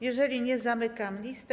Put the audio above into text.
Jeżeli nie, zamykam listę.